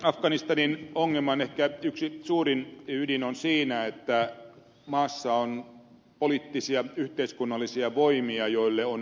afganistanin ongelman ehkä yksi suurin ydin on siinä että maassa on poliittisia yhteiskunnallisia voimia joille on edullista että ei löydy ratkaisua